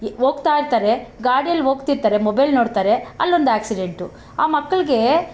ಹೋಗ್ತಾ ಇರ್ತಾರೆ ಗಾಡಿಲ್ಲಿ ಹೋಗ್ತಿರ್ತಾರೆ ಮೊಬೈಲ್ ನೋಡ್ತಾರೆ ಅಲ್ಲೊಂದು ಆಕ್ಸಿಡೆಂಟು ಆ ಮಕ್ಕಳಿಗೆ